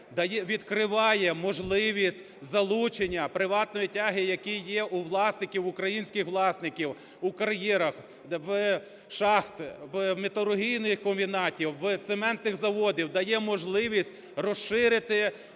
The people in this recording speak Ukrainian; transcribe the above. відкриває можливість залучення приватної тяги, яка є у власників, українських власників, у кар'єрах, в шахтах, у металургійних комбінатів, у цементних заводів, дає можливість розширити